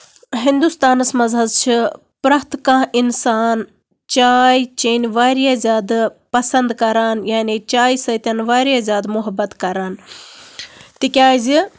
ہِندُستانَس منٛز حظ چھِ پرٮ۪تھ کانہہ اِنسان چاے چیٚنۍ واریاہ زیادٕ پَسند کران یعنی چاے سۭتۍ واریاہ زیادٕ محبت کران تِکیازِ